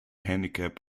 handicap